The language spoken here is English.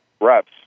reps